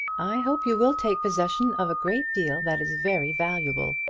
i hope you will take possession of a great deal that is very valuable.